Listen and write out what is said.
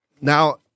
now